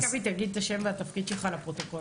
רק תגיד את השם והתפקיד שלך לפרוטוקול.